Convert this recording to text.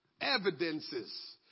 evidences